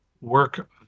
work